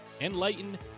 enlighten